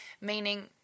meaning